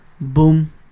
boom